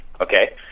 Okay